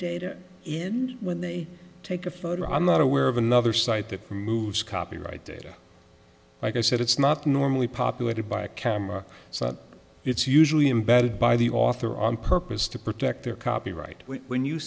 even when they take a photo i'm not aware of another site that moves copyright data like i said it's not normally populated by a camera so it's usually embedded by the author on purpose to protect their copyright when you